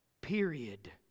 Period